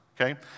okay